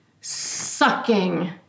sucking